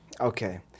okay